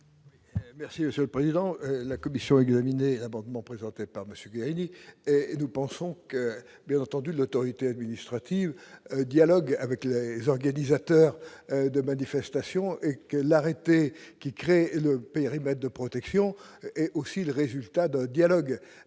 Merci monsieur le président, la commission amendement présenté par Monsieur Guérini et nous pensons que, bien entendu, l'autorité. Administratives dialoguer avec les organisateurs de manifestations et que l'arrêté qui créé le périmètre de protection est aussi le résultat d'un dialogue,